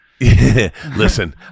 Listen